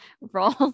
roles